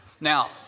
Now